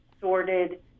sorted